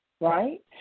right